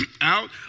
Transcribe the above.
out